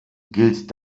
gilt